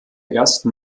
ersten